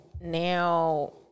now